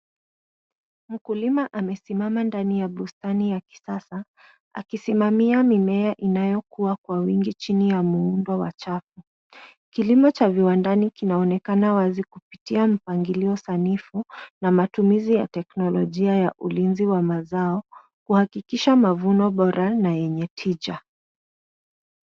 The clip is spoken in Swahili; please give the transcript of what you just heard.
Mkulima amesimama ndani ya bustani ya kisasa akisimamia mimea inayokua kwa wingi chini ya muundo wa chafu. Kilimo cha viwandani kinaonekana wazi kupitia mpangilio sanifu na matumizi ya teknolojia ya ulinzi wa mazao kuhakikisha mavuno bora na yenye tija.